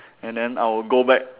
and then I will go back